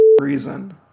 reason